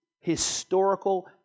historical